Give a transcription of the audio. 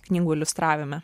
knygų iliustravime